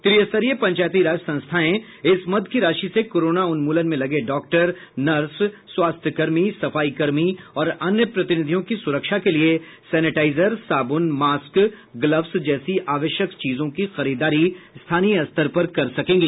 त्रि स्तरीय पंचायती राज संस्थाएं इस मद की राशि से कोरोना उन्मूलन में लगे डॉक्टर नर्स स्वास्थ्य कर्मी सफाई कर्मी और अन्य प्रतिनिधियों की सुरक्षा के लिये सेनेटाइजर साबुन मास्क ग्लव्स जैसी आवश्यक चीजों की खरीदारी स्थानीय स्तर पर कर सकेंगी